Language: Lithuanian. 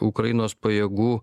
ukrainos pajėgų